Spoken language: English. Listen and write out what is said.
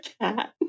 cat